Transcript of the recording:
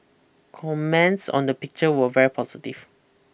comments on the picture were very positive